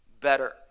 better